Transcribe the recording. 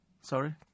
Sorry